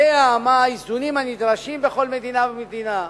יודע מה האיזונים הנדרשים בכל מדינה ומדינה.